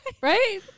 Right